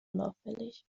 unauffällig